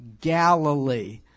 Galilee